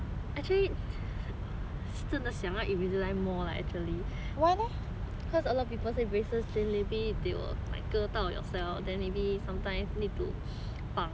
actually 是真的想要 invisalign more lah actually cause a lot of people say braces then maybe they will like 割到 yourself then maybe sometimes you need to 绑